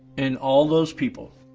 and all those people,